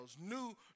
new